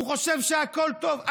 הוא חושב שהכול טוב.